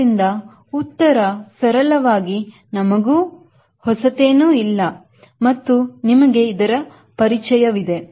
ಆದ್ದರಿಂದ ಉತ್ತರ್ ಸರಳವಾಗಿ ನಮಗೆ ಹೊಸತೇನೂ ಇಲ್ಲ ಮತ್ತು ನಿಮಗೆ ಇದರ ಪರಿಚಯವಿದೆ